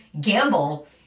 gamble